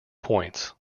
points